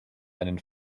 einen